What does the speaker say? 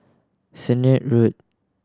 Sennett Road